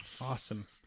Awesome